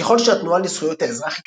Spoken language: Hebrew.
ככל שהתנועה לזכויות האזרח התקדמה,